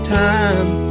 time